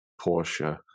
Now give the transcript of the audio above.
Porsche